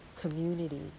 community